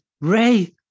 Ray